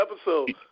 episode